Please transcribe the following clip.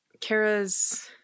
Kara's